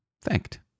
thanked